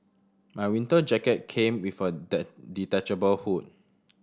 my winter jacket came with a detachable hood